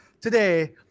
today